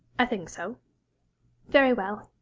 i think so very well.